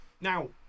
now